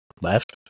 left